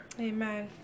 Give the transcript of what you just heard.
Amen